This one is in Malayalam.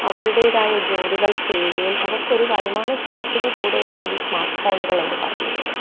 അവരുടേതായ ജോലികൾ ചെയ്യ്കയും അവർക്കൊരു വരുമാന സാധ്യത കൂടിയാണ് ഈ സ്മാട്ട് ഫോണുകളെന്ന് പറയുന്നത്